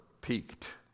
peaked